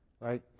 right